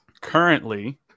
currently